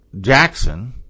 Jackson